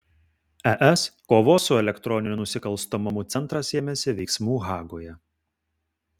es kovos su elektroniniu nusikalstamumu centras ėmėsi veiksmų hagoje